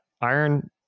iron